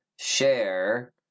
Share